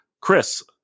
Chris